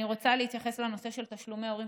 אני רוצה להתייחס לנושא של תשלומי ההורים,